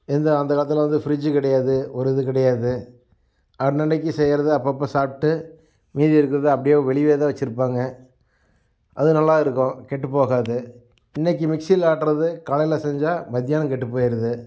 எந்த அந்த காலத்தில் வந்து ஃபிரிட்ஜு கிடையாது ஒரு இது கிடையாது அன்னன்றைக்கி செய்யிறதை அப்பப்போ சாப்பிட்டு மீதி இருக்கிறத அப்படியே வெளியவேதான் வெச்சுருப்பாங்க அது நல்லா இருக்கும் கெட்டு போகாது இன்றைக்கி மிக்ஸியில் ஆட்டுறது காலையில் செஞ்சால் மத்தியானம் கெட்டு போய்டுது